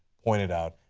point it out,